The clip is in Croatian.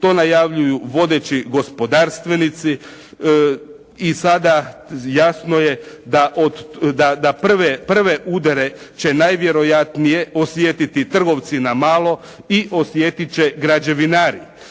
to najavljuju vodeći gospodarstvenici i sada jasno je da od, da prve udare će najvjerojatnije osjetiti trgovci na malo i osjetit će građevinari.